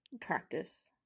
practice